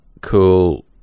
cool